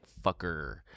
fucker